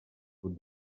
sud